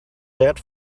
set